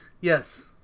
yes